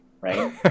Right